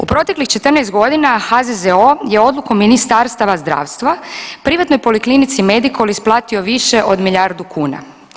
U proteklih 14.g. HZZO je odlukom Ministarstava zdravstva privatnoj Poliklinici Medikol isplatio više od milijardu kuna.